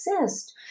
exist